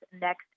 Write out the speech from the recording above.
next